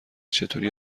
چطوری